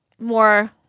more